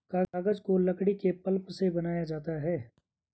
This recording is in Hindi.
कागज को लकड़ी के पल्प से बनाया जाता है